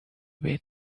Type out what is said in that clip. bit